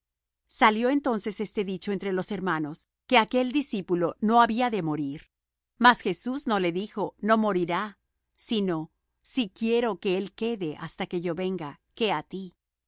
salió entonces este dicho entre los hermanos que aquel discípulo no había de morir mas jesús no le dijo no morirá sino si quiero que él quede hasta que yo venga qué á ti